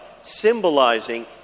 symbolizing